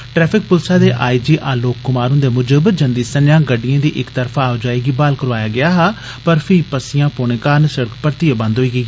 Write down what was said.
traffic पुलसा दे I G Alok Kumar हुप्पे मुजब जव्वी सक्मा गड्डिए दी इक तरफा आओजाई गी ब्हाल करोआया गेआ हा पर फ्ही पस्सिया पौने कारण सिड़क परतियै बव्व होई गेई